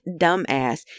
dumbass